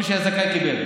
כל מי שהיה זכאי קיבל.